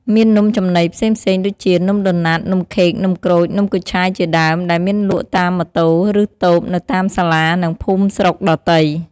មាននំចំណីផ្សេងៗដូចជានំដូណាត់ នំខេក នំក្រូច នំគូឆាយជាដើម ដែលមានលក់តាមម៉ូតូឫតូបនៅតាមសាលានិងភូមិស្រុកដទៃ។